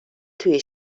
توی